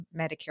Medicare